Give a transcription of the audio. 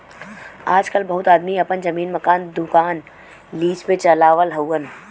आजकल बहुत आदमी आपन जमीन, मकान, दुकान लीज पे चलावत हउअन